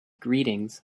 greetings